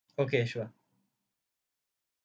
okay sure